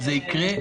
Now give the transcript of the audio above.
זה יקרה.